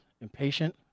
impatient